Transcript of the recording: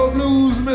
Blues